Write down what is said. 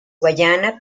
guayana